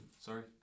Sorry